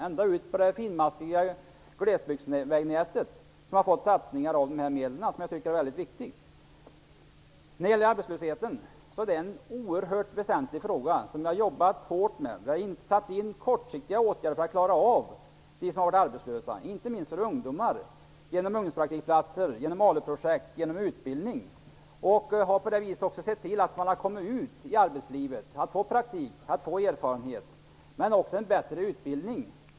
Ända ut på det finmaskiga glesbygdsvägnätet har det gjorts satsningar med dessa medel, och det är viktigt. Arbetslösheten är ett oerhört väsentligt problem, som vi har jobbat hårt med. Vi har vidtagit kortsiktiga åtgärder för arbetslösa, inte minst åtgärder avseende ungdomar genom ungdomspraktikplatser, ALU-projekt och utbildning. På det viset har vi sett till att ungdomarna kommer ut i arbetslivet för att få praktik och erfarenhet och för att få en bättre utbildning.